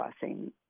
blessing